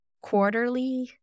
quarterly